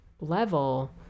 level